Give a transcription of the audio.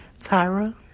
Tyra